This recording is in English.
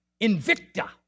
Invicta